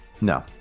No